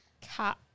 cat